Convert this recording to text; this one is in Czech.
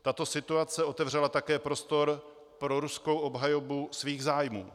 Tato situace otevřela také prostor pro ruskou obhajobu svých zájmů.